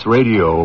Radio